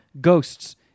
ghosts